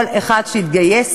כל אחד שהתגייס,